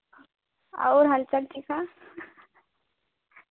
और हाल चाल ठीक है